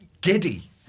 giddy